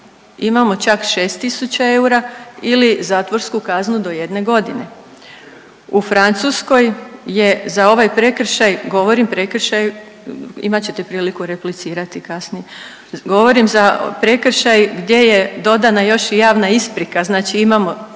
imamo čak 6 000 eura ili zatvorsku kaznu do jedne godine. U Francuskoj je za ovaj prekršaj, govorim prekršaj, imat ćete priliku replicirati kasnije, govorim za prekršaj gdje je dodana još i javna isprika, znači imamo